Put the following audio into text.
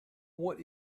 what